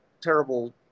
terrible